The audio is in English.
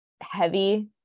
Heavy